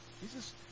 Jesus